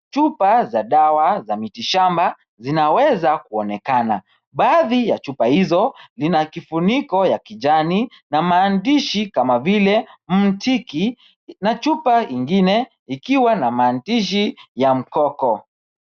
Chupa za dawa za miti shamba zinaweza kuonekana. Baadhi ya chupa hizo zina kifuniko ya kijani na maandishi kama vile Mtiki na chupa ingine ikiwa na maandishi ya Mkoko.